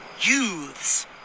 Youths